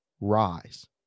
Rise